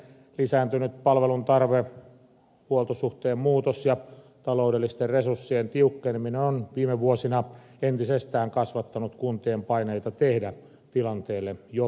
lisääntynyt palveluntarve huoltosuhteen muutos ja taloudellisten resurssien tiukkeneminen ovat viime vuosina entisestään kasvattaneet kuntien paineita tehdä tilanteelle jotain